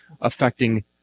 affecting